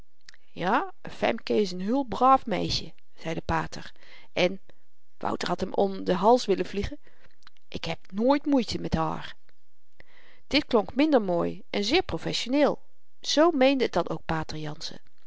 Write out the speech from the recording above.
ja femke is n heel braaf meisje zei de pater en wouter had hem wel om den hals willen vliegen ik heb nooit moeite met haar dit klonk minder mooi en zeer professioneel z meende het dan ook pater jansen